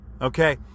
Okay